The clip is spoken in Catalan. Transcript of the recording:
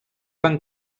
van